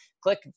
Click